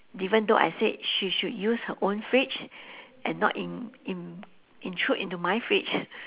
even though I said she should use her own fridge and not in~ in~ intrude into my fridge